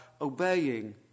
obeying